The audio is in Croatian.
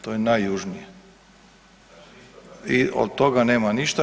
To je najjužnije i od toga nema ništa.